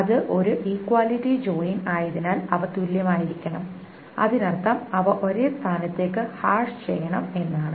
അത് ഒരു equality join ആയതിനാൽ അവ തുല്യമായിരിക്കണം അതിനർത്ഥം അവ ഒരേ സ്ഥാനത്തേക്ക് ഹാഷ് ചെയ്യണം എന്നാണ്